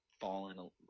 fallen